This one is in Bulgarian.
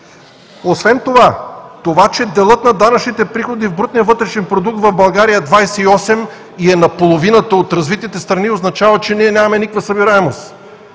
Освен това, че делът на данъчните приходи в брутния вътрешен продукт в България е 28% и е наполовината от развитите страни, означава, че ние нямаме никаква събираемост.